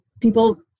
people